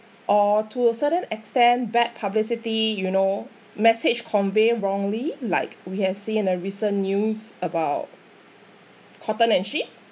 or to a certain extent bad publicity you know message convey wrongly like we have seen a recent news about cotton and sheep